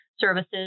services